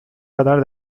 kadar